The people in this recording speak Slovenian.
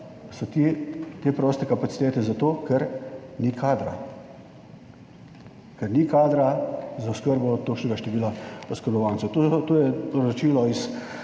ti te proste kapacitete zato, ker ni kadra, ker ni kadra za oskrbo točnega števila oskrbovancev. To je poročilo iz